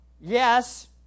yes